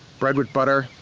bread with butter,